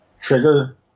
trigger